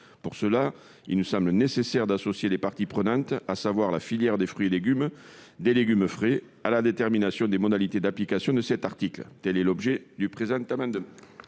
Pour cela, il nous semble nécessaire d'associer les parties prenantes, à savoir la filière des fruits et légumes frais, à la détermination des modalités d'application de cet article. Tel est l'objet de cet amendement.